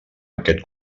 aquest